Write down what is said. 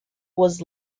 was